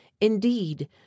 Indeed